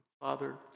Father